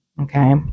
okay